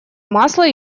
масло